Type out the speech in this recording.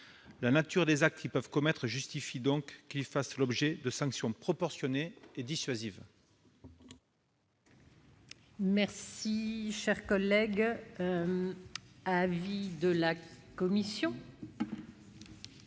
La nature des actes qu'ils peuvent commettre justifie donc qu'ils fassent l'objet de sanctions proportionnées et dissuasives.